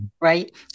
Right